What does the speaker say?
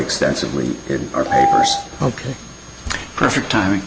extensively are ok perfect timing